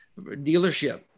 dealership